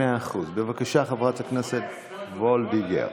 בבקשה, חברת הכנסת וולדיגר.